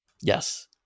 Yes